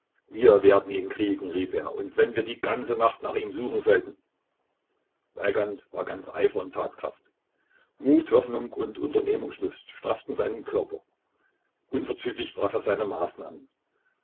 wir werden ihn kriegen rief er und wenn wir die ganze nacht nach ihm suchen sollten weigand war ganz eifer und tatkraft mut hoffnung und unternehmungsluft strafften seinen körper unverzüglich traf er seine maßnahmen